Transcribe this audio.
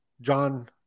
John